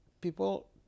people